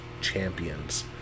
champions